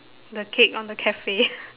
the cake on the cafe